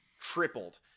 tripled